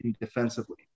defensively